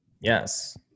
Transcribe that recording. Yes